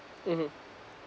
mmhmm